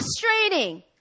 frustrating